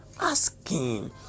asking